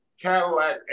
Cadillac